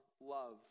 love